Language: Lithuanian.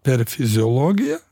per fiziologiją